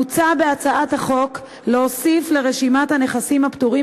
מוצע בהצעת החוק להוסיף לרשימת הנכסים הפטורים